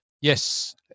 Yes